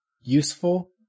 useful